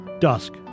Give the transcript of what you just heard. dusk